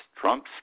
Trump's